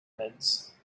pyramids